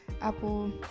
Apple